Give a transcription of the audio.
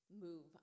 move